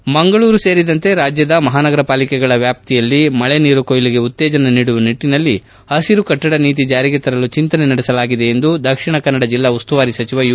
PTC Mangaluru ಸೇರಿದಂತೆ ರಾಜ್ಯದ ಮಹಾನಗರ ಪಾಲಿಕೆಗಳ ವ್ಯಾಪ್ತಿಯಲ್ಲಿ ಮಳೆ ನೀರು ಕೂಯ್ಲುಗೆ ಉತ್ತೇಜನ ನೀಡುವ ನಿಟ್ಟನಲ್ಲಿ ಹಬರು ಕಟ್ಟಡ ನೀತಿ ಜಾರಿಗೆ ತರಲು ಚಿಂತನೆ ನಡೆಸಲಾಗಿದೆ ಎಂದು ದಕ್ಷಿಣ ಕನ್ನಡ ಜಿಲ್ಲಾ ಉಸ್ತುವಾರಿ ಸಚಿವ ಯು